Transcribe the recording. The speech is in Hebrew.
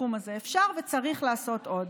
בתחום הזה, אפשר וצריך לעשות עוד.